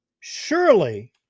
surely